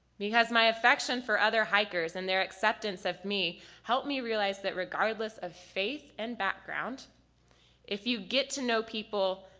because my affection for other hikers and their acceptance of me helped me realized that regardless of faith and background if you get to know people,